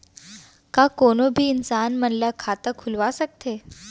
का कोनो भी इंसान मन ला खाता खुलवा सकथे?